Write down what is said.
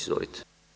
Izvolite.